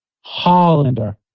Hollander